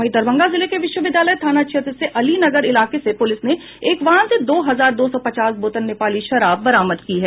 वहीं दरभंगा जिले के विश्वविद्यालय थाना क्षेत्र के अलीनगर इलाके से पुलिस ने एक वाहन से दो हजार दो सौ पचास बोतल नेपाली शराब जब्त की है